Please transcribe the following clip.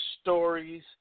stories